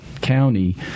county